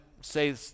say